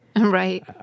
right